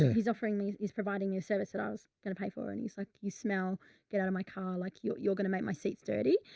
he's offering me, he's providing your service and i was going to pay for, and he's like, you smell get out of my car. like you're, you're going to make my seats dirty.